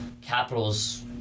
Capitals